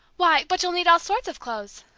why, but you'll need all sorts of clothes!